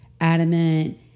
adamant